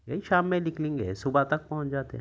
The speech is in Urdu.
یہی شام میں نکلیں گے صبح تک پہنچ جاتے